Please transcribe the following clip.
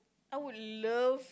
I would love